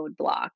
roadblock